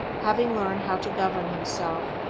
having learned how to govern himself,